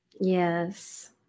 Yes